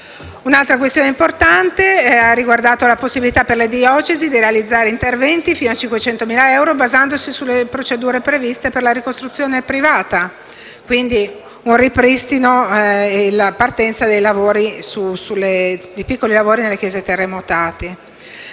Un'altra questione importante riguarda la possibilità per le diocesi di realizzare interventi fino a 500.000 euro basandosi sulle procedure previste per la ricostruzione privata, che senz'altro permetterà la celere ricostruzione di piccoli lavori nelle chiese terremotate.